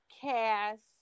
cast